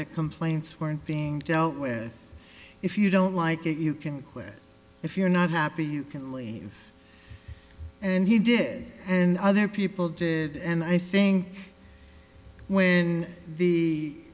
the complaints weren't being dealt with if you don't like it you can quit if you're not happy you can leave and he did and other people did and i think when the